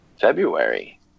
February